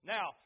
Now